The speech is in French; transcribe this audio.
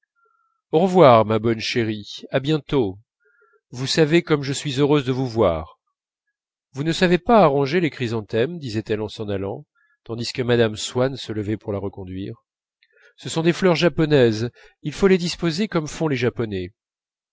au revoir ma bonne chérie à bientôt vous savez comme je suis heureuse de vous voir vous ne savez pas arranger les chrysanthèmes disait-elle en s'en allant tandis que mme swann se levait pour la reconduire ce sont des fleurs japonaises il faut les disposer comme font les japonais